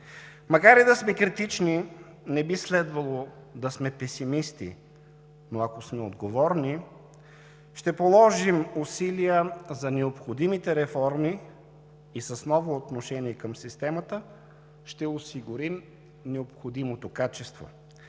Макар и да сме критични не би следвало да сме песимисти, но ако сме отговорни, ще положим усилия за необходимите реформи и с ново отношение към системата ще осигурим необходимото качество.